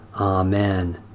Amen